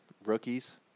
rookies